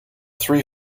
three